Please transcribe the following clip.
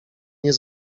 nie